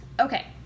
Okay